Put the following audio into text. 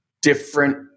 different